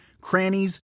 crannies